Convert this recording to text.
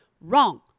Wrong